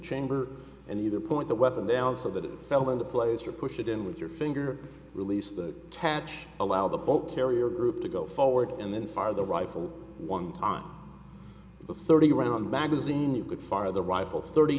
chamber and either point the weapon down so that it fell into place or push it in with your finger release the catch a while the boat carrier group to go forward and then fire the rifle one time the thirty round magazine you could fire the rifle thirty